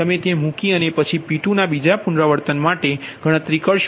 તમે તે મૂકી અને પછી P2ના બીજા પુનરાવૃત્તિ માટે તમે ગણતરી કરશો તો તમને 1